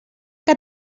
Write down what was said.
que